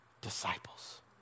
disciples